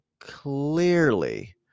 clearly